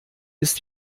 ist